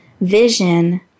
vision